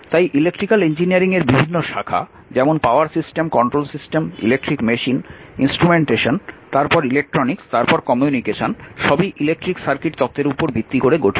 তাই electrical engineering এর বিভিন্ন শাখা যেমন power system control system electric machine instrumentation তারপর ইলেকট্রনিক্স তারপর কমিউনিকেশন সবই ইলেকট্রিক সার্কিট তত্ত্বের উপর ভিত্তি করে গঠিত